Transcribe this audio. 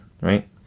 right